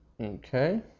okay